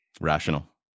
Rational